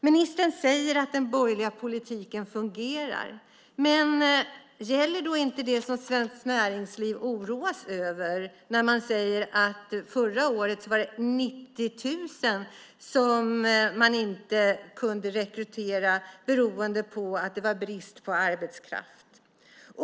Ministern säger att den borgerliga politiken fungerar. Gäller inte det som Svenskt Näringsliv oroas över? Det säger att man förra året inte kunde rekrytera 90 000 personer beroende på att det var brist på arbetskraft.